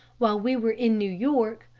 while we were in new york,